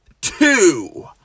two